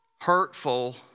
hurtful